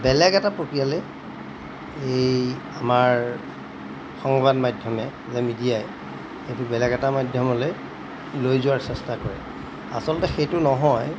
বেলেগ এটা প্ৰক্ৰিয়ালৈ এই আমাৰ সংবাদ মাধ্যমে যে মিডিয়াই সেইটো বেলেগ এটা মাধ্যমলৈ লৈ যোৱাৰ চেষ্টা কৰে আচলতে সেইটো নহয়